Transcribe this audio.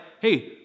hey